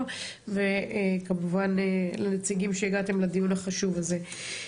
וכמובן לנציגים שהגעתם לדיון החשוב הזה.